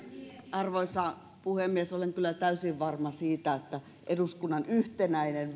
arvoisa puhemies olen kyllä täysin varma siitä että eduskunnan yhtenäinen